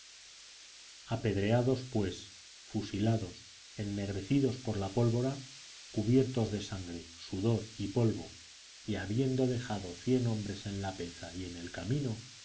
apedreados pues fusilados ennegrecidos por la pólvora cubiertos de sangre sudor y polvo y habiendo dejado cien hombres en lapeza y en el camino